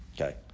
Okay